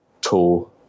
tool